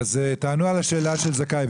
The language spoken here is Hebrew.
תענו על השאלה של זכאי.